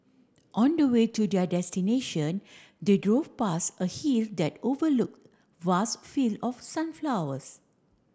on the way to their destination they drove past a hill that overlooked vast field of sunflowers